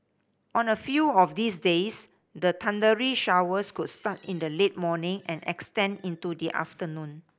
on a few of these days the thundery showers could start in the late morning and extend into the afternoon